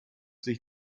sich